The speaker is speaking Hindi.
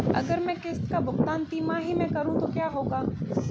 अगर मैं किश्त का भुगतान तिमाही में करूं तो क्या होगा?